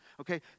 Okay